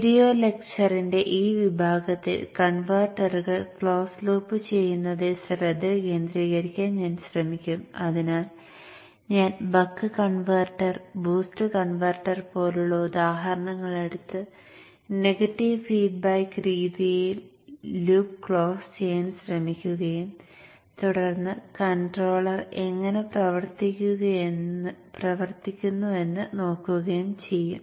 video ലെക്ചറിന്റെ ഈ വിഭാഗത്തിൽ കൺവെർട്ടറുകൾ ക്ലോസ് ലൂപ്പുചെയ്യുന്നതിൽ ശ്രദ്ധ കേന്ദ്രീകരിക്കാൻ ഞാൻ ശ്രമിക്കും അതിനാൽ ഞാൻ ബക്ക് കൺവെർട്ടർ ബൂസ്റ്റ് കൺവെർട്ടർ പോലുള്ള ഉദാഹരണങ്ങൾ എടുത്ത് നെഗറ്റീവ് ഫീഡ്ബാക്ക് രീതിയിൽ ലൂപ്പ് ക്ലോസ് ചെയ്യാൻ ശ്രമിക്കുകയും തുടർന്ന് കൺട്രോളർ എങ്ങനെ പ്രവർത്തിക്കുന്നുയെന്ന് നോക്കുകയും ചെയ്യും